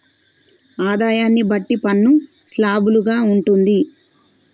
ఆదాయాన్ని బట్టి పన్ను స్లాబులు గా ఉంటుంది